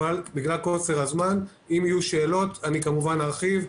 אם יהיו שאלות אני כמובן ארחיב.